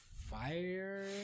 fire